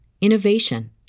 innovation